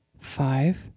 five